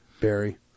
Barry